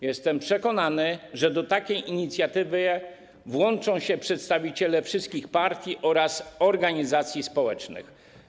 Jestem przekonany, że do takiej inicjatywy włączą się przedstawiciele wszystkich partii oraz organizacji społecznych.